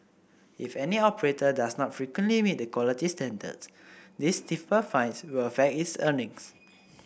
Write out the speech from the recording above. if any operator does not frequently meet the quality standards these stiffer fines will affect its earnings